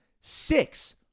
six